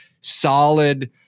solid